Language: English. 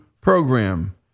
program